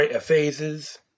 phases